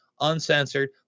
uncensored